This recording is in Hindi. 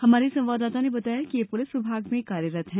हमारे संवाददाता ने बताया है कि यह पुलिस विभाग में कार्यरत है